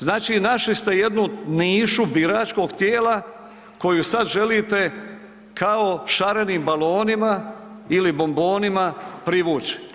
Znači, našli ste jednu nišu biračkog tijela koju sad želite kao šarenim balonima ili bombonima privući.